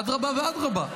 אדרבא ואדרבא.